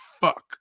fuck